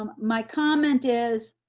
um my comment is